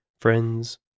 friends